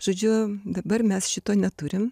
žodžiu dabar mes šito neturim